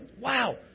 wow